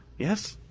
yes?